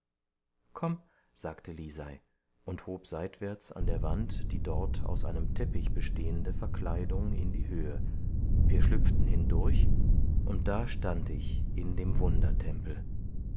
komm sagte lisei und hob seitwärts an der wand die dort aus einem teppich bestehende verkleidung in die höhe wir schlüpften hindurch und da stand ich in dem